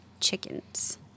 chickens